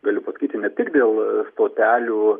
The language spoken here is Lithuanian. galiu pasakyti ne tik dėl stotelių